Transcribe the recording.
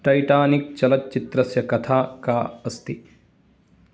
Titanic चलच्चित्रस्य कथा का अस्ति